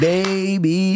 Baby